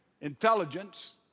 intelligence